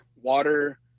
water